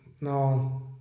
no